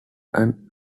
from